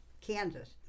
Kansas